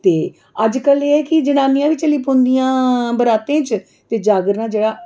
ते अज्जकल ऐ है कि जनानियां बी चली पौंदिया बरातै च ते जागरणा जेह्ड़ा